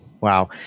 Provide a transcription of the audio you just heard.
Wow